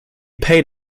paid